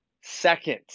Second